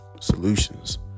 solutions